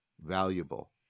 valuable